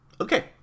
okay